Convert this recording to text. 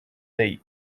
day